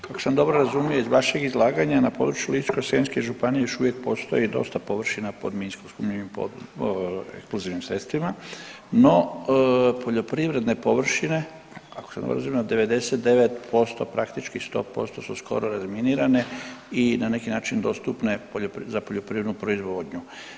Ako sam dobro razumio iz vašeg izlaganja na području Ličko-senjske županije još uvijek postoji dosta površina pod minskim eksplozivnim sredstvima, no poljoprivredne površine ako sam dobro razumio, 99% praktički 100% su skoro razminirane i na neki način dostupne za poljoprivrednu proizvodnju.